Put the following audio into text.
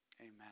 Amen